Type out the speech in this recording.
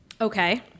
Okay